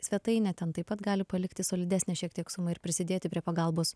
svetainę ten taip pat gali palikti solidesnę šiek tiek sumą ir prisidėti prie pagalbos